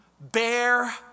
bear